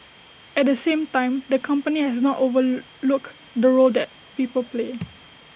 at the same time the company has not overlooked the role that people play